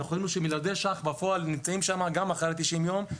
ראינו שמיליארדי שקלים בפועל נמצאים שם גם אחרי 90 יום,